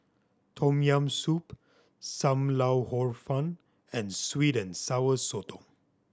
Tom Yam Soup Sam Lau Hor Fun and sweet and Sour Sotong